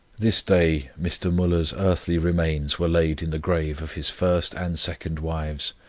this day mr. muller's earthly remains were laid in the grave of his first and second wives,